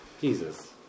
Jesus